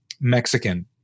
Mexican